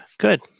Good